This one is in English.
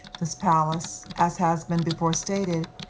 this palace, as has been before stated,